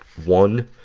one,